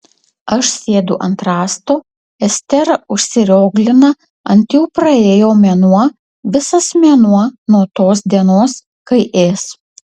aš sėdu ant rąsto estera užsirioglina ant jau praėjo mėnuo visas mėnuo nuo tos dienos kai ės